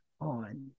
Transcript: on